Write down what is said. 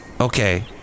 Okay